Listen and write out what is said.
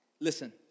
Listen